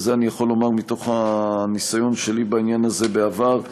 ואת זה אני יכול לומר מתוך הניסיון שלי בעניין הזה בעבר: